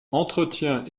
entretient